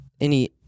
any-